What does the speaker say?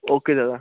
okay Dada